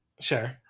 Sure